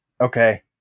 Okay